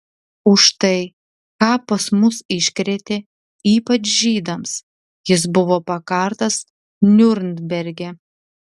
už tai ką pas mus iškrėtė ypač žydams jis buvo pakartas niurnberge